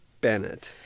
Bennett